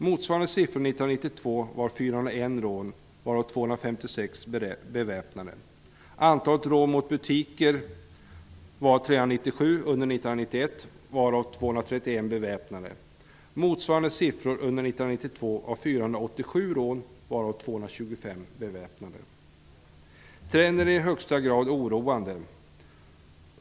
Motsvarande siffror för 1992 var 401 Trenden är i högsta grad oroande.